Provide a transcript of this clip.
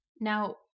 Now